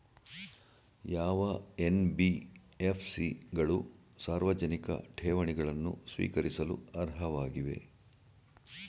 ಯಾವ ಎನ್.ಬಿ.ಎಫ್.ಸಿ ಗಳು ಸಾರ್ವಜನಿಕ ಠೇವಣಿಗಳನ್ನು ಸ್ವೀಕರಿಸಲು ಅರ್ಹವಾಗಿವೆ?